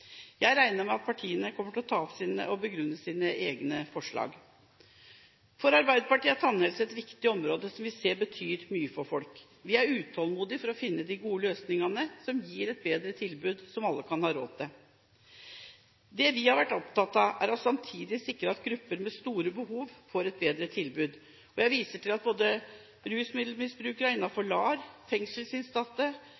Jeg regner med at partiene kommer til å ta opp og begrunne sine egne forslag. For Arbeiderpartiet er tannhelse et viktig område som vi ser betyr mye for folk. Vi er utålmodige etter å finne de gode løsningene som gir et bedre tilbud, og som alle kan ha råd til. Det vi har vært opptatt av, er samtidig å sikre at grupper med store behov får et bedre tilbud. Jeg viser til at både rusmiddelmisbrukere